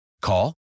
Call